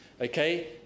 Okay